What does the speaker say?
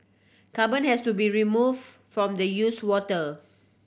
carbon has to be remove from the use water